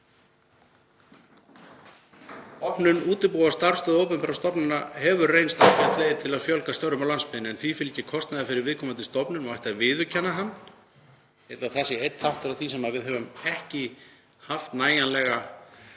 Opnun útibúa starfsstöðva opinberra stofnana hefur reynst ágæt leið til að fjölga störfum á landsbyggðinni en því fylgir kostnaður fyrir viðkomandi stofnun og ætti að viðurkenna hann. Ég held að það sé einn þáttur af því sem við höfum ekki haft nægjanlega